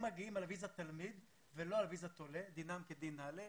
הם מגיעים על אשרת תלמיד ולא על אשרת עולה ודינם כדין נעל"ה.